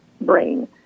brain